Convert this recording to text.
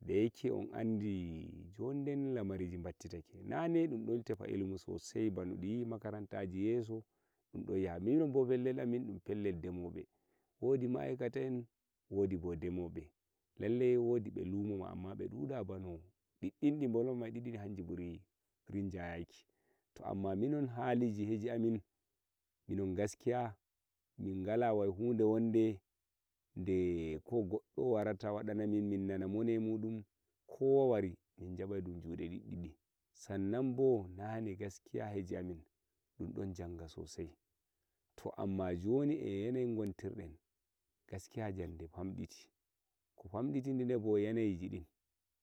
deyake un andi jonden lamari jidin battitake nane ɗun ɗon tefa ilimi sosai bano ɗumyiyi makarantaji yeso ɗun ɗon yaha minonbo fellel amin ɗun pellel demobo wodi ma aikata en wodi bo demobe lallai wodi ɓe lumo amma beɗuɗa bano ɗidɗin di bolwammi hanji ɓuri rinjayaki to amma minon hani hiji heji amin minon gaskiya mingala wai hude wonde de ko goɗo warata waɗa namin min nana mone muɗum ko goɗɗo wari sannan bo nane gaskiya hoje amin ɗum ɗon janga sossai to amma jon e motsayi guntirden gaskiya jande famɗiti ko fomditi nebo yanayijidin.